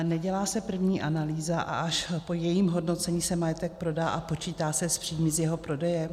Nedělá se první analýza, a až po jejím hodnocení se majetek prodá a počítá se s příjmy z jeho prodeje?